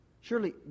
Surely